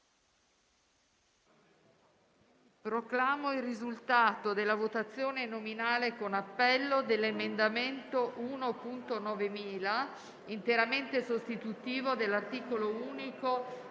Proclamo il risultato della votazione nominale con appello dell'emendamento 1.9000 (testo corretto), interamente sostitutivo dell'articolo unico